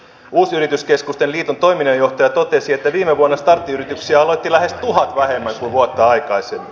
uusyrityskeskusten liiton toiminnanjohtaja totesi että viime vuonna starttiyrityksiä aloitti lähes tuhat vähemmän kuin vuotta aikaisemmin